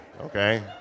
Okay